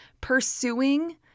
pursuing